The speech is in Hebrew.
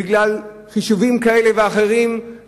בגלל חישובים כאלה ואחרים,